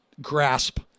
grasp